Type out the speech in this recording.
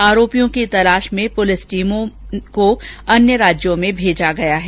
आरोपियों की तलाश में पुलिस टीमों को अन्य राज्यों में भेजा गया है